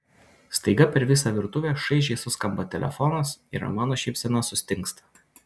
staiga per visą virtuvę šaižiai suskamba telefonas ir mano šypsena sustingsta